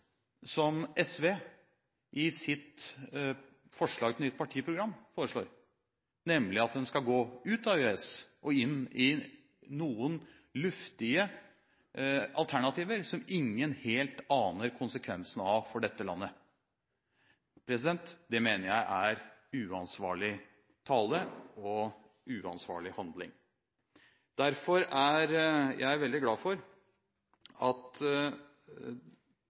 som SV i sitt forslag til nytt partiprogram foreslår, nemlig at man skal gå ut av EØS-avtalen og inn i noen luftige alternativer som ingen helt aner konsekvensen av for dette landet. Det mener jeg er uansvarlig tale og uansvarlig handling. Derfor er jeg veldig glad for at